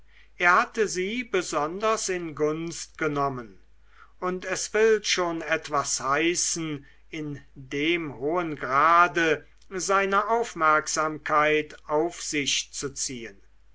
er hatte sie besonders in gunst genommen und es will schon etwas heißen in dem hohen grade seine aufmerksamkeit auf sich zu ziehen